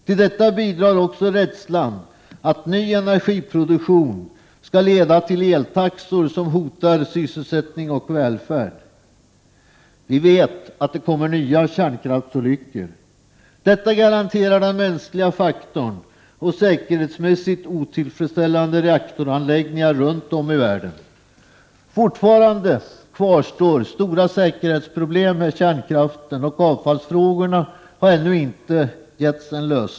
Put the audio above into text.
Till detta bidrar också rädslan att ny energiproduktion skall leda till eltaxor som hotar sysselsättning och välfärd. Vi vet att det kommer att inträffa nya kärnkraftsolyckor. Detta garanterar den mänskliga faktorn och säkerhetsmässigt otillfredsställande reaktoranläggningar runt om i världen. Fortfarande kvarstår stora säkerhetsproblem med kärnkraften, och avfallsfrågorna har ännu inte lösts.